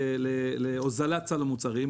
תרומה להוזלת סל המוצרים.